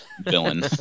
villain